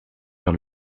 vers